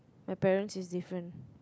my parents is different